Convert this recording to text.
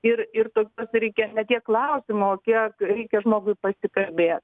ir ir tokiuose reikia ne tiek klausimo o kiek reikia žmogui pasikalbėt